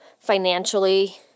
Financially